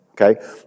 Okay